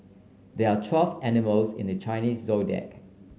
there are twelve animals in the Chinese Zodiac